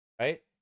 right